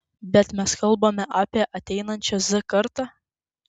bet mes kalbame apie ateinančią z kartą